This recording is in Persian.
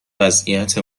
وضعیت